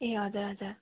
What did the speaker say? ए हजुर हजुर